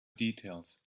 details